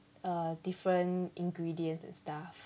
err different ingredients and stuff